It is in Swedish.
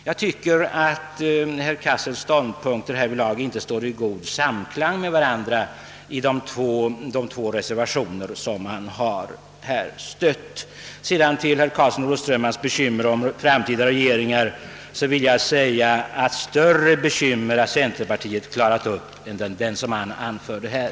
Jag tycker inte att herr Cassels ståndpunkter står i god samklang med varandra när det gäller de två reservationer som han har biträtt. I anledning av herr Karlssons i Olofström farhågor om framtida regeringsbildande vill jag säga att större bekymmer har centerpartiet överlevt.